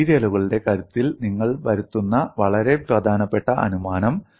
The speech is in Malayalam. മെറ്റീരിയലുകളുടെ കരുത്തിൽ നിങ്ങൾ വരുത്തുന്ന വളരെ പ്രധാനപ്പെട്ട അനുമാനം